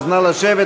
אז נא לשבת.